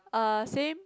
uh same